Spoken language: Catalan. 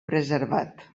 preservat